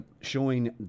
showing